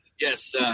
yes